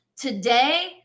Today